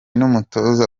n’umutoza